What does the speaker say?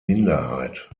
minderheit